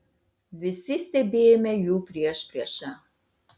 visi stebėjome jų priešpriešą